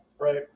right